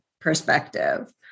perspective